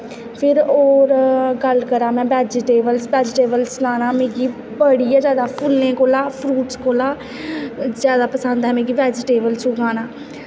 फिर होर गल्ल करां में बैजिटेबल्स बैजिटेवल्स लाना मिगी बड़ी गै जादा फुल्लें कोला फ्रूटस कोला जादा पसंद ऐ मिगी बैजिटेवल्स उगाना